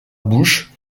bouche